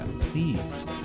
please